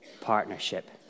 partnership